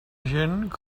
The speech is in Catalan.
gent